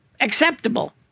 acceptable